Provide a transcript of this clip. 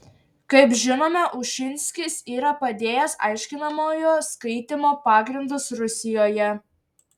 kaip žinome ušinskis yra padėjęs aiškinamojo skaitymo pagrindus rusijoje